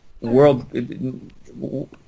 world